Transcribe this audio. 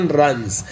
runs